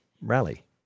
rally